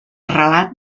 relat